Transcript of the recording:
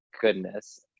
goodness